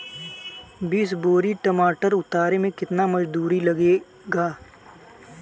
बीस बोरी टमाटर उतारे मे केतना मजदुरी लगेगा?